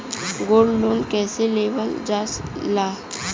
Gold loan कईसे लेवल जा ला?